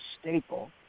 staple